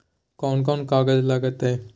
कौन कौन कागज लग तय?